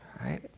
right